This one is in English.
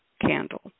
candle